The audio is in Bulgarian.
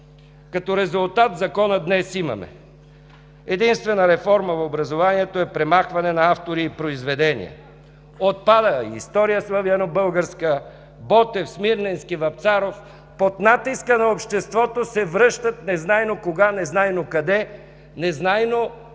Като резултат в Закона днес имаме: единствената реформа в образованието е премахване на автори и произведения. Отпадат „История славянобългарска”, Ботев, Смирненски, Вапцаров. Под натиска на обществото се връщат незнайно кога, незнайно къде, незнайно по